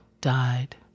died